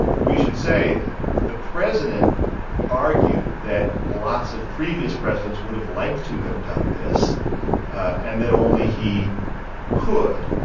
we should say the president argued that lots of previous presidents would have liked to have done this and that only he could.